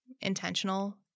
intentional